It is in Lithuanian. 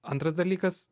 antras dalykas